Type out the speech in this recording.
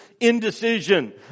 indecision